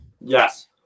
Yes